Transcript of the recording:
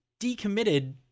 decommitted